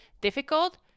difficult